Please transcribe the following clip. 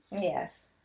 Yes